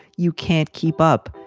you can't keep up.